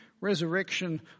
resurrection